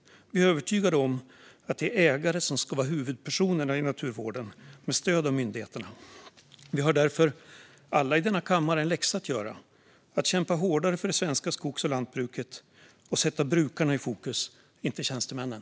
Vi är övertygade om att det är ägare som ska vara huvudpersonerna i naturvården, med stöd av myndigheterna. Vi har därför alla i denna kammare en läxa att göra: att kämpa hårdare för det svenska skogs och lantbruket och sätta brukarna i fokus, inte tjänstemännen.